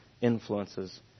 influences